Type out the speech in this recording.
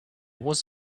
was